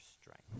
strength